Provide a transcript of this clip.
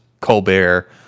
Colbert